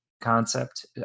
concept